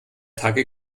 tage